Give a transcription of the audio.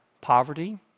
poverty